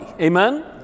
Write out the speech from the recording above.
Amen